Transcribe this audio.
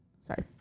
Sorry